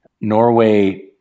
Norway